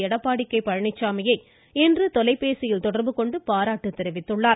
எடப்பாடி பழனிச்சாமியை இன்று தொலைபேசியில் தொடர்பு கொண்டு பாராட்டு தெரிவித்துள்ளார்